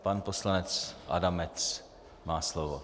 Pan poslanec Adamec má slovo.